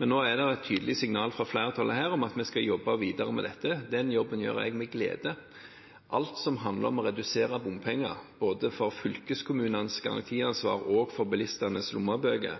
Men nå er det et tydelig signal fra flertallet om at vi skal jobbe videre med dette. Den jobben gjør jeg med glede. Alt som handler om å redusere bompenger, både for fylkeskommunenes garantiansvar og for bilistenes lommebøker,